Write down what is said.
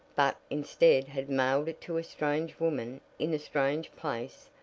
but instead had mailed to a strange woman in a strange place,